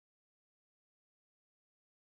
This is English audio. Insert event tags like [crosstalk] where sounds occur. [unintelligible]